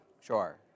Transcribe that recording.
Sure